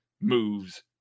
moves